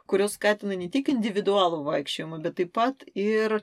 kurios skatina ne tik individualų vaikščiojimą bet taip pat ir